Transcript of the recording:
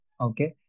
okay